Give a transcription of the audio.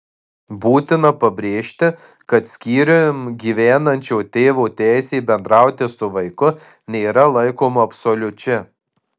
būtina pabrėžti kad skyrium gyvenančio tėvo teisė bendrauti su vaiku nėra laikoma absoliučia